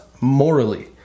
morally